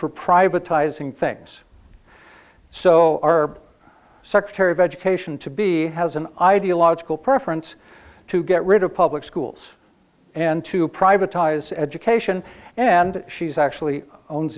for privatizing things so our secretary of education to be has an ideological preference to get rid of public schools and to privatized education and she's actually owns